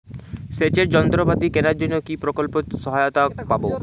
সেচের যন্ত্রপাতি কেনার জন্য কি প্রকল্পে সহায়তা পাব?